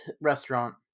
restaurant